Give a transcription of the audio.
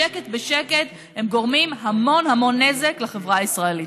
בשקט בשקט הם גורמים המון המון נזק לחברה הישראלית.